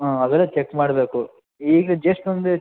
ಹಾಂ ಅವೆಲ್ಲ ಚೆಕ್ ಮಾಡಬೇಕು ಈಗ ಜಸ್ಟ್ ಒಂದು